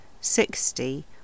sixty